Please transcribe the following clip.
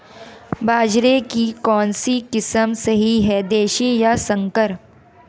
बाजरे की कौनसी किस्म सही हैं देशी या संकर?